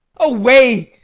away!